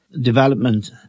development